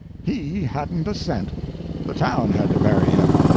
he hadn't a cent the town had to bury him.